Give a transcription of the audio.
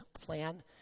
plan